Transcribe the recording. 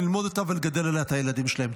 ללמוד אותה ולגדל עליה את הילדים שלהם.